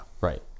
Right